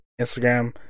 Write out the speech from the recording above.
Instagram